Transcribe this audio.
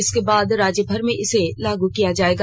इसके बाद राज्यभर में इसे लागू किया जाएगा